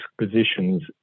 positions